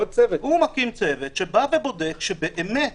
צוות שבודק שבאמת